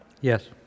Yes